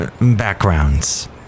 backgrounds